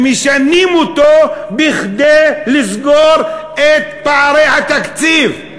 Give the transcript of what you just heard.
ומשנים אותו כדי לסגור את פערי התקציב.